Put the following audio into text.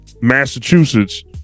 Massachusetts